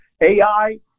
AI